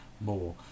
more